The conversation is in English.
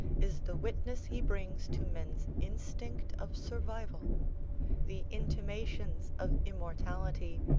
is the witness he brings to men's instinct of survival the intimations of immortality,